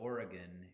Oregon